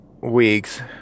weeks